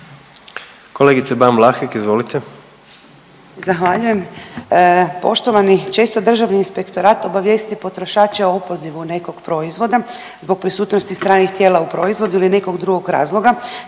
Kolegice Ban Vlahek, izvolite. **Ban, Boška (SDP)** Zahvaljujem. Poštovani često Državni inspektorat obavijesti potrošače o opozivu nekog proizvoda zbog prisutnosti stranih tijela u proizvodu ili nekog drugog razloga